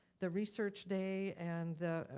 the research day and the,